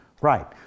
right